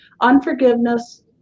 unforgiveness